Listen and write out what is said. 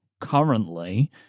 currently